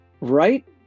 Right